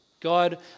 God